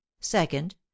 second